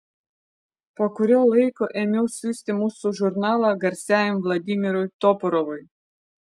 po kurio laiko ėmiau siųsti mūsų žurnalą garsiajam vladimirui toporovui